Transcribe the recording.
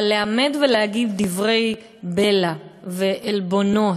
אבל לעמוד ולהגיד דברי בלע, עלבונות,